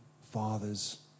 fathers